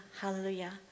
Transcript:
Hallelujah